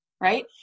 right